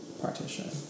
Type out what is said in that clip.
partition